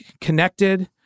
Connected